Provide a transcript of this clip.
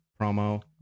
promo